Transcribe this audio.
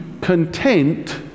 content